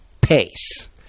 pace